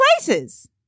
places